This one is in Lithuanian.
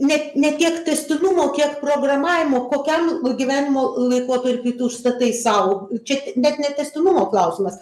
net ne tiek tęstinumo kiek programavimo kokiam gyvenimo laikotarpiui užstatai sau čia net ne tęstinumo klausimas